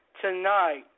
tonight